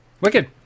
wicked